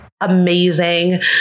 amazing